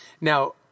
Now